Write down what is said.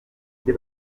ibyo